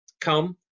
come